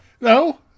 No